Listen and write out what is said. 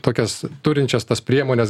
tokias turinčias tas priemones